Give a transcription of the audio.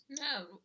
No